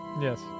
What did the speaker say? Yes